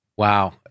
Wow